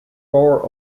four